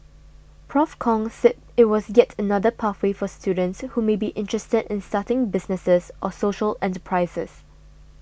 Prof Kong said it was yet another pathway for students who may be interested in starting businesses or social enterprises